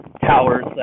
towers